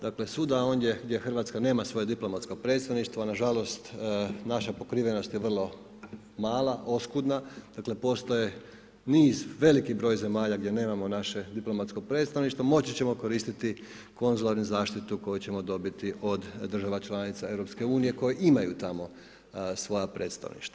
Dakle, svuda ondje gdje Hrvatska nema svoje diplomatsko predstavništvo, nažalost, naša pokrivenost je vrlo mala, oskudna, dakle, postoji niz, veliki broj zemalja gdje nemamo naše diplomatsko predstavništvo, moći ćemo koristiti konzularnu zaštitu koju ćemo dobiti od država članica EU, koja imaju tamo svoja predstavništva.